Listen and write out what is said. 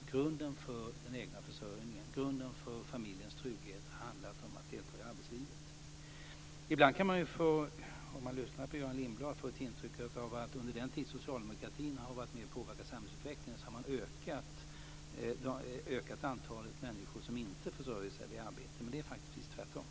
Grunden för den egna försörjningen, grunden för familjens trygghet, har handlat om att delta i arbetslivet. När man lyssnar på Göran Lindblad kan man ibland få intryck av att antalet människor som inte försörjer sig på arbete har ökat under den tid som socialdemokratin har varit med och påverkat samhällsutvecklingen. Men det är faktiskt precis tvärtom.